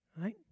Right